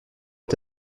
est